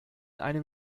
einem